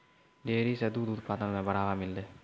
dairy सें दूध उत्पादन म बढ़ावा मिललय